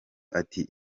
ati